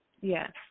Yes